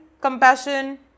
compassion